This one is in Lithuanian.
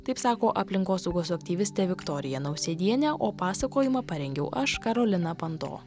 taip sako aplinkosaugos aktyvistė viktorija nausėdienė o pasakojimą parengiau aš karolina panto